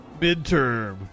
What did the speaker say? midterm